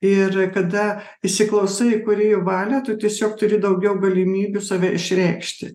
ir kada įsiklausai į kūrėjo valią tu tiesiog turi daugiau galimybių save išreikšti